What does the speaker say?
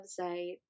website